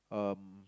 um